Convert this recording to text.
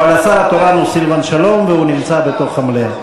אבל השר התורן הוא סילבן שלום והוא נמצא במליאה.